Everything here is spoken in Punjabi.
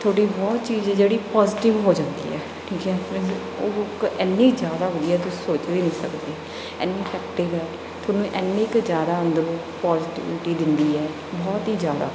ਤੁਹਾਡੀ ਬਹੁਤ ਚੀਜ਼ ਜਿਹੜੀ ਪੌਜ਼ੀਟਿਵ ਹੋ ਜਾਂਦੀ ਹੈ ਠੀਕ ਹੈ ਮੀਨਜ਼ ਉਹ ਕ ਇੰਨੀ ਜ਼ਿਆਦਾ ਵਧੀਆ ਤੁਸੀਂ ਸੋਚ ਵੀ ਨਹੀਂ ਸਕਦੇ ਇੰਨੀ ਇਫ਼ੈਕਟਿਵ ਹੈ ਤੁਹਾਨੂੰ ਇੰਨੀ ਕੁ ਜ਼ਿਆਦਾ ਅੰਦਰੋਂ ਪੌਜ਼ੀਟਿਵਿਟੀ ਦਿੰਦੀ ਹੈ ਬਹੁਤ ਹੀ ਜ਼ਿਆਦਾ